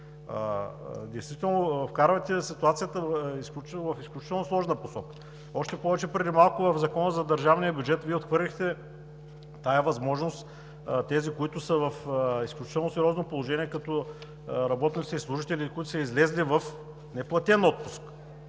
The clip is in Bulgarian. Действително вкарвате ситуацията в изключително сложна посока, още повече, че преди малко в Закона за държавния бюджет Вие отхвърлихте тази възможност – тези, които са в изключително сериозно положение, като работниците и служителите, които са излезли в неплатен отпуск,